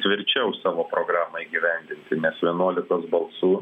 tvirčiau savo programą įgyvendinti nes vienuolikos balsų